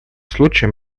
случаем